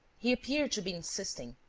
he appeared to be insisting,